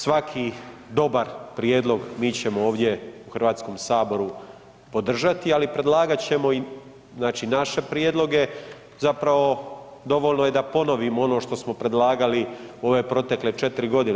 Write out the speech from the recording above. Svaki dobar prijedlog mi ćemo ovdje u Hrvatskom saboru podržati, ali predlagat ćemo i naše prijedloge, zapravo dovoljno je da ponovimo ono što smo predlagali u ove protekle 4 godine.